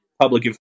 public